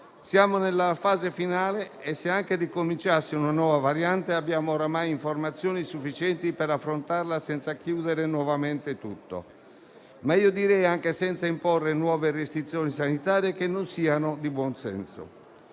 siamo nella fase finale e, se anche ricominciasse una nuova variante, abbiamo oramai informazioni sufficienti per affrontarla senza chiudere nuovamente tutto e direi anche senza imporre nuove restrizioni sanitarie che non siano di buon senso.